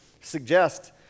suggest